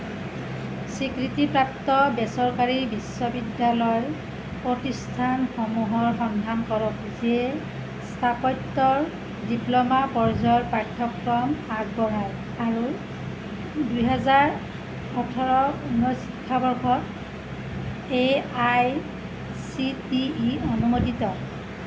স্বীকৃতিপ্ৰাপ্ত বেচৰকাৰী বিশ্ববিদ্যালয় প্ৰতিষ্ঠানসমূহৰ সন্ধান কৰক যিয়ে স্থাপত্যৰ ডিপ্ল'মা পৰ্যায়ৰ পাঠ্যক্ৰম আগবঢ়ায় আৰু দুহেজাৰ ওঠৰ উনৈশ শিক্ষাবৰ্ষত এআইচিটিই অনুমোদিত